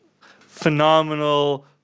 phenomenal